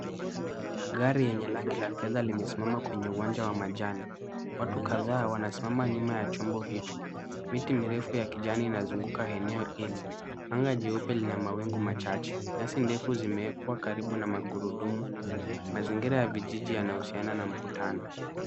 Gari lenye rangi ya fedha limesimama kwenye uwanja wa majani. Watu kadhaa wanasimama nyuma ya chombo hicho. Miti mirefu ya kijani inazunguka eneo hilo. Anga jeupe lina mawingu machache. Nyasi ndefu zimewekwa karibu na magurudumu. Mazingira ya vijiji yanahusiana na mkutano.